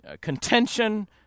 contention